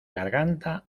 garganta